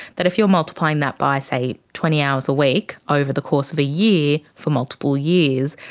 that if you are multiplying that by, say, twenty hours a week over the course of a year for multiple years,